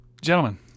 gentlemen